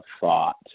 thought